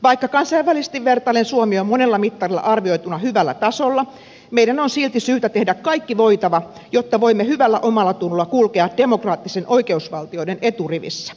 vaikka kansainvälisesti vertaillen suomi on monella mittarilla arvioituna hyvällä tasolla meidän on silti syytä tehdä kaikki voitava jotta voimme hyvällä omallatunnolla kulkea demokraattisten oikeusvaltioiden eturivissä